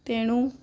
ତେଣୁ